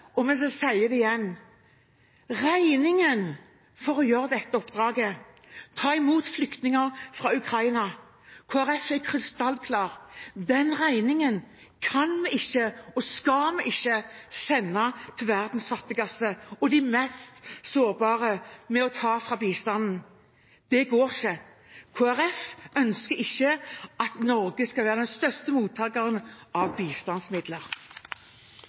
og vi sier det igjen. Regningen for å gjøre dette oppdraget, ta imot flyktninger fra Ukraina – Kristelig Folkeparti er krystallklar: Den regningen kan vi ikke og skal vi ikke sende til verdens fattigste og de mest sårbare med å ta fra bistanden. Det går ikke. Kristelig Folkeparti ønsker ikke at Norge skal være den største mottakeren av bistandsmidler.